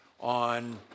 on